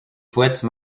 poète